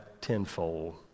tenfold